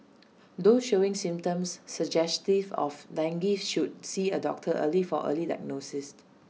those showing symptoms suggestive of dengue should see A doctor early for early diagnosis